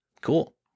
Cool